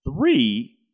three